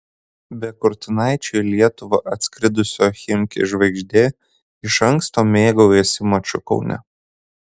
be kurtinaičio į lietuvą atskridusio chimki žvaigždė iš anksto mėgaujasi maču kaune